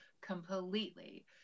completely